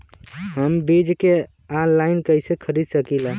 हम बीज के आनलाइन कइसे खरीद सकीला?